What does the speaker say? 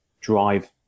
drive